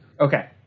Okay